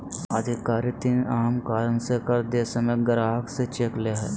अधिकारी तीन अहम कारण से कर्ज दे समय ग्राहक से चेक ले हइ